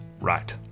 Right